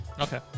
Okay